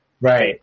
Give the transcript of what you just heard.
Right